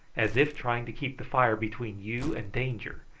as if trying to keep the fire between you and danger.